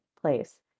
place